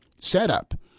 setup